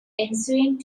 ensuing